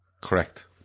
Correct